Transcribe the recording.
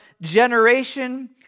generation